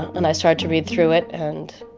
and i started to read through it, and